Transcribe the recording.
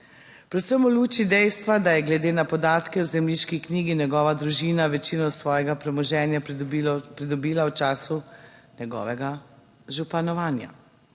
Predvsem v luči dejstva, da je glede na podatke v zemljiški knjigi in njegova družina večino svojega premoženja pridobila v času njegovega županovanja.